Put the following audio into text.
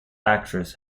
actress